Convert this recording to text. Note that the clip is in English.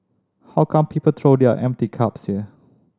how come people throw their empty cups here